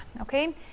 okay